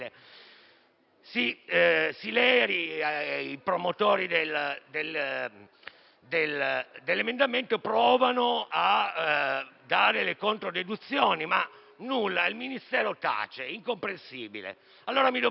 Sileri e i promotori dell'emendamento provano a dare le controdeduzioni, ma nulla, il Ministero tace; è incomprensibile.